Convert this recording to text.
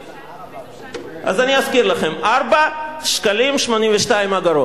אז, אני אזכיר לכם: 4.82 שקלים.